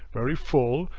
very full,